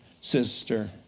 sister